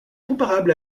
comparable